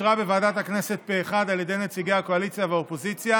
אושרה בוועדת הכנסת פה אחד על ידי נציגי הקואליציה והאופוזיציה,